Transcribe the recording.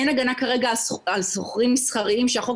אין הגנה כרגע על שוכרים מסחריים שהחוק